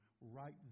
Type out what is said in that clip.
right